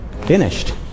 finished